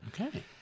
Okay